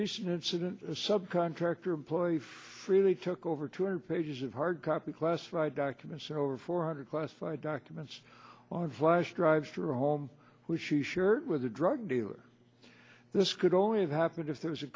recent incident a sub contractor employee freely took over two hundred pages of hard copy classified documents over four hundred classified documents on flash drives for a home which she shared with a drug dealer this could only have happened if there was a